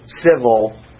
civil